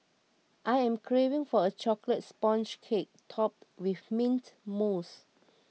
I am craving for a Chocolate Sponge Cake Topped with Mint Mousse